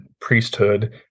priesthood